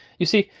you see,